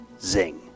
Zing